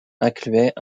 incluait